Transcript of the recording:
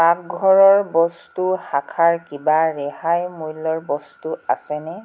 পাকঘৰৰ বস্তু শাখাৰ কিবা ৰেহাই মূল্যৰ বস্তু আছেনে